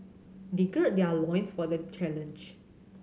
they gird their loins for the challenge